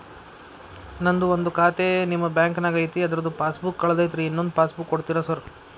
ನಂದು ಒಂದು ಖಾತೆ ನಿಮ್ಮ ಬ್ಯಾಂಕಿನಾಗ್ ಐತಿ ಅದ್ರದು ಪಾಸ್ ಬುಕ್ ಕಳೆದೈತ್ರಿ ಇನ್ನೊಂದ್ ಪಾಸ್ ಬುಕ್ ಕೂಡ್ತೇರಾ ಸರ್?